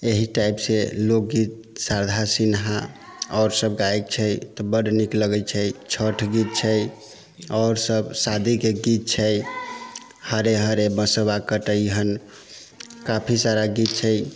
एहि टाइप से लोकगीत शारदा सिन्हा आओर सब गायक छै तऽ बड नीक लगै छै छठ गीत छै आओर सब शादी के गीत छै हरे हरे बसबा कटेहन काफी सारा गीत छै